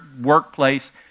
workplace